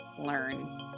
learn